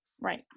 Right